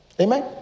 Amen